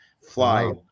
fly